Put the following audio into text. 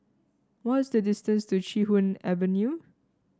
what is the distance to Chee Hoon Avenue